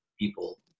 people